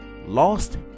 lost